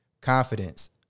confidence